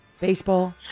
Baseball